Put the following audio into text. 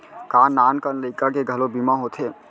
का नान कन लइका के घलो बीमा होथे?